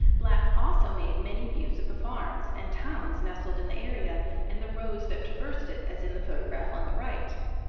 black also made many views of the farms and towns nestled in the area and the roads that traversed it, as in the photograph on the right.